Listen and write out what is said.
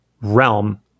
realm